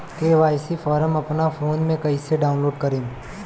KYC form अपना phone मे कइसे डाऊनलोड करेम?